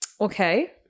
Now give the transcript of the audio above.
Okay